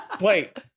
Wait